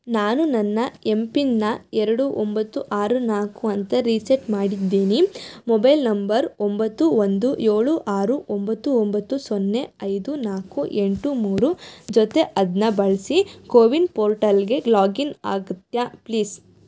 ನಾನು ನನ್ನ ಎಮ್ ಪಿನ್ನನ್ನ ಎರಡು ಒಂಬತ್ತು ಆರು ನಾಲ್ಕು ಅಂತ ರೀಸೆಟ್ ಮಾಡಿದ್ದೀನಿ ಮೊಬೈಲ್ ನಂಬರ್ ಒಂಬತ್ತು ಒಂದು ಏಳು ಆರು ಒಂಬತ್ತು ಒಂಬತ್ತು ಸೊನ್ನೆ ಐದು ನಾಲ್ಕು ಎಂಟು ಮೂರು ಜೊತೆ ಅದನ್ನ ಬಳಸಿ ಕೋವಿನ್ ಪೋರ್ಟಲ್ಗೆ ಲಾಗಿನ್ ಆಗ್ತೀಯಾ ಪ್ಲೀಸ್